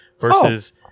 versus